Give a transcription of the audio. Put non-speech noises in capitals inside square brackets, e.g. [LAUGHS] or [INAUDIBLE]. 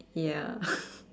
ya [LAUGHS]